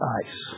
ice